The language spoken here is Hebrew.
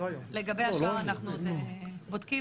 לגבי השאר אנחנו עוד בודקים.